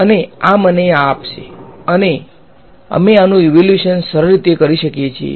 અને આ મને આ આપશે અને અમે આનું ઈવેલ્યુએશન સરળ રીતે કરી શકીએ છીએ